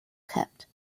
kept